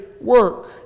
work